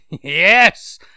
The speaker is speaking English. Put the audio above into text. Yes